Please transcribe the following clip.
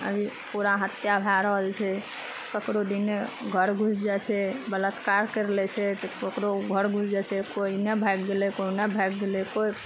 अभी पूरा हत्या भए रहल छै ककरो दिनमे घर घुसि जाइ छै बलात्कार करि लै छै तऽ ककरो घर घुसि जाइ छै कोइ नहि भागि गेलै कोइ नहि भागि गेलै कोइ